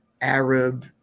arab